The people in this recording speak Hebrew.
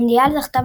במונדיאל זכתה,